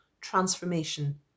transformation